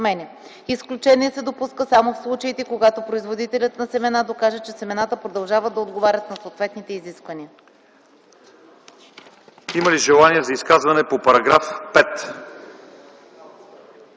Изключение се допуска само в случаите, когато производителят на семена докаже, че семената продължават да отговарят на съответните изисквания.”